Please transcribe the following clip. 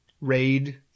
raid